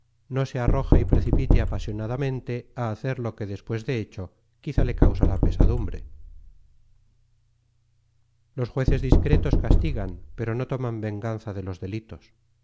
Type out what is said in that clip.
no se arroje y precipite apasionadamente a hacer lo que despues de hecho quizá le causará pesadumbre los jueces discretos castigan pero no toman venganza de los delitos